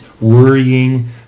worrying